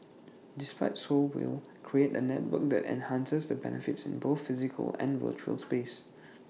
despite so will create A network that enhances the benefits in both physical and virtual space